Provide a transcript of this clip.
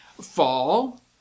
fall